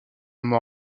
mort